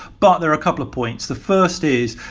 but there are a couple of points. the first is,